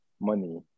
money